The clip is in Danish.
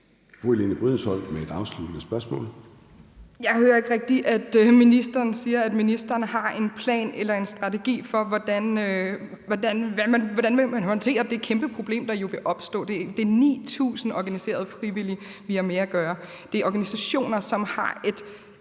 Helene Brydensholt (ALT): Jeg hører ikke rigtig, at ministeren siger, at ministeren har en plan eller en strategi for, hvordan man vil håndtere det kæmpeproblem, der jo vil opstå. Det er 9.000 organiserede frivillige, vi har med at gøre. Det er organisationer, som har et